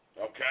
okay